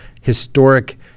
historic